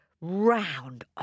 round